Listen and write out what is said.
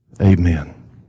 Amen